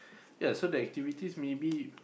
yea so their activities maybe